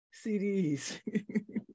CDs